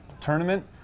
tournament